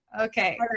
Okay